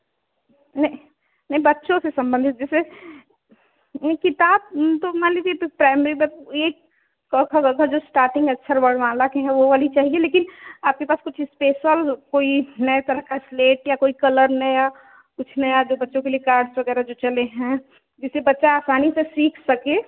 नहीं नहीं बच्चों से संबंधित जैसे किताब तो मान लीजिए प्राइमरी में एक क ख ग घ जो इस्टार्टिंग अक्षर वर्णमाला के हैं वह वाली चाहिए लेकिन आपके पास कुछ इस्पेसल कोई नए तरह का स्लेट या कोई कलर नया कुछ नया जो बच्चों के लिए कार्ड्स वगैरह जो चले हैं जिससे बच्चा आसानी से सीख सके